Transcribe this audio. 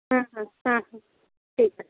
হুম হুম হুম হুম ঠিক আছে